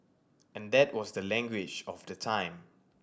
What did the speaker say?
and that was the language of the time